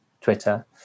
Twitter